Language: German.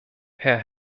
herr